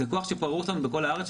זה כוח שפרוס בכל הארץ,